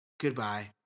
Goodbye